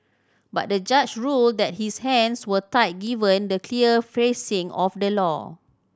but the judge ruled that his hands were tied given the clear phrasing of the law